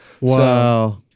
Wow